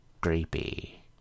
creepy